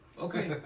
Okay